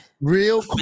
real